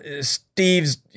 Steve's